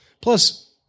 Plus